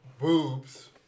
boobs